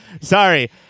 sorry